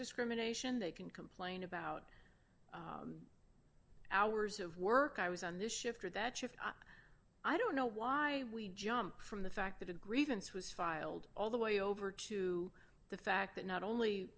discrimination they can complain about hours of work i was on this shift or that shift i don't know why we jumped from the fact that a grievance was filed all the way over to the fact that not only